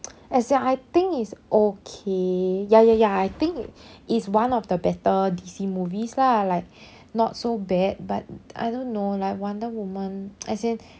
as in I think is okay ya ya ya I think is one of the better D_C movies lah like not so bad but I don't know like wonder woman as in